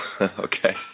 Okay